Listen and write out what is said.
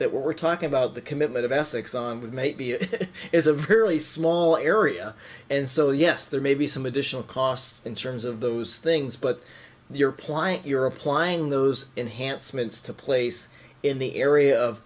that we're talking about the commitment of essex on but maybe it is a very small area and so yes there may be some additional costs in terms of those things but you're applying you're applying those enhancements to place in the area of